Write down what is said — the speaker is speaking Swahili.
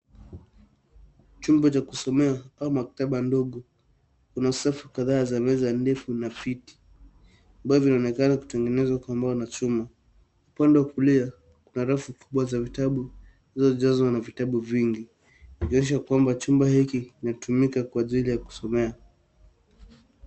Chumba cha kusomea au maktaba ndogo kuna safu kadhaa za meza ndefu na viti ambavyo vinaonekana kutengenezwa kwa mbao na chuma. Upande wa kulia kuna rafu kubwa za vitabu zilizojazwa na vitabu vingi, kuonyesha kwamba chumba hiki kinatumika kwa ajili ya kusomea.